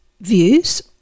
views